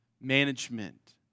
management